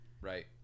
Right